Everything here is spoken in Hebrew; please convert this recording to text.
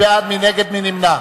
מי בעד, מי נגד ומי נמנע?